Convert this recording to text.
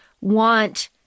want